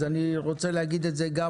אני אומר את זה גם